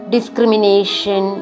discrimination